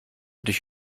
dich